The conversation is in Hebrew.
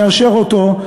יאשר אותו,